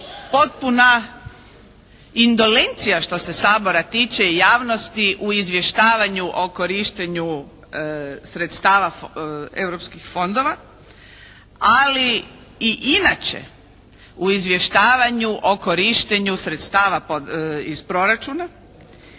potpuna indolencija što se Sabora tiče i javnosti u izvještavanju o korištenju sredstava europskih fondova. Ali i inače u izvještavanju o korištenju sredstava iz proračuna